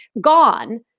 gone